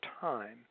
time